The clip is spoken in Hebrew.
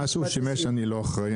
מה שהוא שימש אני לא אחראי,